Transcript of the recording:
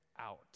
out